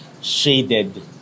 shaded